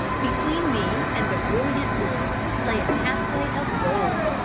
between me and the brilliant orb lay a pathway of gold,